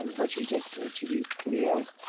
and but you just need to be clear.